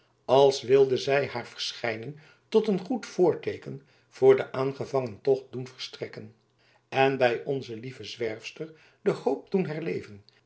als wilde zij haar verschijning tot een goed voorteeken voor den aangevangen tocht doen verstrekken en bij onze lieve zwerfster de hoop doen herleven